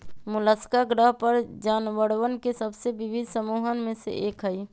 Mollusca ग्रह पर जानवरवन के सबसे विविध समूहन में से एक हई